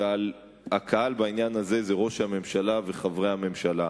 והקהל בעניין הזה זה ראש הממשלה וחברי הממשלה,